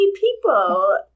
people